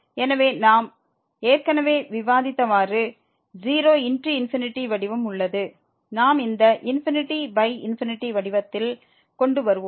எனவே நாம் ஏற்கனவே விவாதித்தவாறு 0×∞ வடிவம் உள்ளது நாம் இந்த ∞∞ வடிவத்தில் கொண்டு வருவோம்